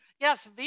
Yes